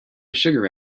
sugar